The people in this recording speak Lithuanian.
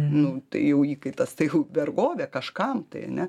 nu tai jau įkaitas tai jau vergovė kažkam tai ane